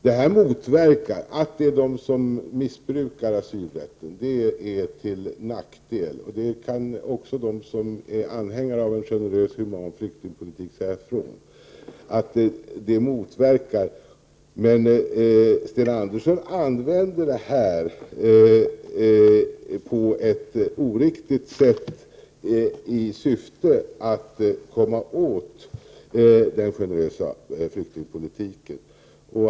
Att man missbrukar asylrätten motverkar en generös flyktingpolitik och är till nackdel. Också de som är anhängare av en generös och human flyktingpolitik kan säga detta. Men Sten Andersson använder det här argumentet på ett oriktigt sätt i syfte att komma åt den generösa flyktingpolitiken.